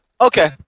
Okay